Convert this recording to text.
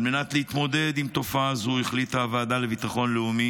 על מנת להתמודד עם תופעה זו החליטה הוועדה לביטחון לאומי